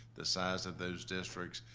the size of those districts,